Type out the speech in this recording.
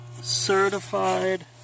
Certified